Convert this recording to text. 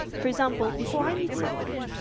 for example, before i meet somebody,